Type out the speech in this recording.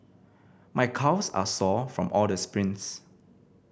my calves are sore from all the sprints